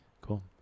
cool